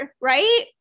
right